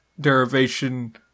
derivation